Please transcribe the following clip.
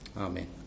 Amen